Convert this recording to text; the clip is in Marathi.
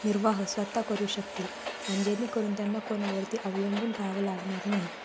निर्वाह स्वत करू शकतील आणि जेणेकरून त्यांना कोणावरती अवलंबून राहावं लागणार नाही